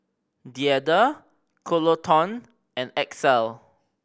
Deirdre Coleton and Axel